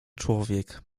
człowiek